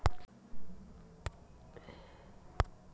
ई व्यवसाय आऊ सामान्य व्यवसाय म का का अंतर हवय?